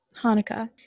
Hanukkah